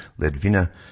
Ledvina